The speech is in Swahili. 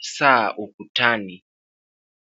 saa ukutani.